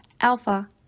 Alpha